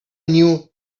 knew